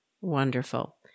Wonderful